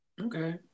okay